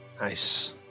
Nice